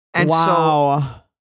Wow